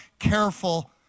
careful